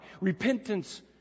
Repentance